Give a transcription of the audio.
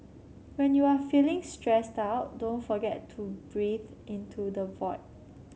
when you are feeling stressed out don't forget to breathe into the void